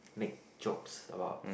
make jokes about